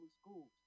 schools